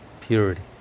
purity